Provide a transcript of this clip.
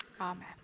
Amen